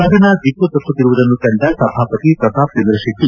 ಸದನ ದಿಕ್ಕು ತಪ್ಪುತ್ತಿರುವುದನ್ನು ಕಂಡ ಸಭಾಪತಿ ಪ್ರತಾಪ ಚಂದ್ರ ಶೆಟ್ಟ